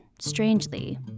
Strangely